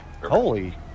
Holy